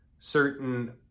Certain